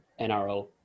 nrl